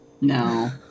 No